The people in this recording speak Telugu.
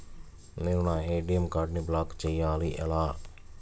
నేను నా ఏ.టీ.ఎం కార్డ్ను బ్లాక్ చేయాలి ఎలా?